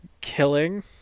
killing